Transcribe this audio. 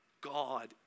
God